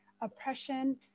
Oppression